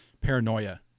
paranoia